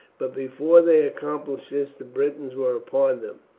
but before they accomplished this the britons were upon them.